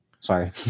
sorry